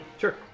Sure